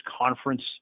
conference